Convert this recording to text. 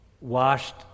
washed